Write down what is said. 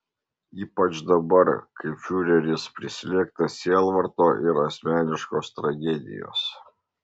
ypač dabar kai fiureris prislėgtas sielvarto ir asmeniškos tragedijos